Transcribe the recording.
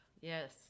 yes